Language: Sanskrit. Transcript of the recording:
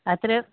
अत्र